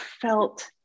felt